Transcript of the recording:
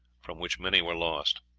from which many were lost.